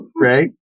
Right